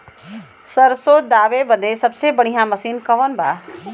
सरसों दावे बदे सबसे बढ़ियां मसिन कवन बा?